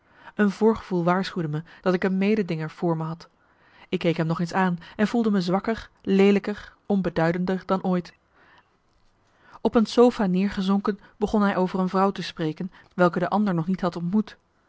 een voorgevoel waarschuwde me dat ik een mededinger voor me had ik keek hem nog eens aan en voelde me zwakker leelijker onbeduidender dan ooit op een sofa neergezonken begon hij over een vrouw te spreken welke de ander nog niet had ontmoet